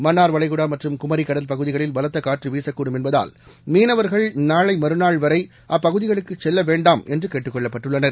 மன்னார்வளைகுடாமற்றும் குமரிக் கடல் பகுதிகளில் பலத்தகாற்றுவீசக்கூடும் என்பதால் மீனவர்கள் நாளைமறுநாள்வரைஅப்பகுதிகளுக்குசெல்லவேண்டாம் என்றுகேட்டுக் கொள்ளப்பட்டுள்ளனர்